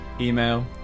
email